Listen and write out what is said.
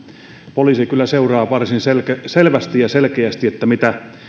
poliisi kyllä seuraa varsin selvästi ja selkeästi mitä